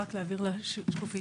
אלה שבעת הכפרים הלא